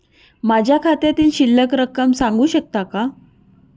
माझ्या खात्यातील शिल्लक रक्कम सांगू शकता का?